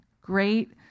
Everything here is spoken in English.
great